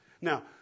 Now